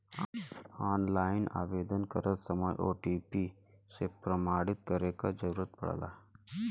online आवेदन करत समय ओ.टी.पी से प्रमाणित करे क जरुरत पड़ला